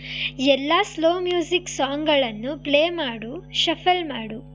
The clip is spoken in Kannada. ಎಲ್ಲ ಸ್ಲೋ ಮ್ಯೂಸಿಕ್ ಸಾಂಗ್ಗಳನ್ನು ಪ್ಲೇ ಮಾಡು ಶಫಲ್ ಮಾಡು